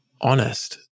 honest